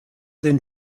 den